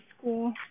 school